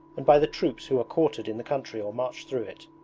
and by the troops who are quartered in the country or march through it.